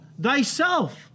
thyself